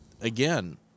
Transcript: again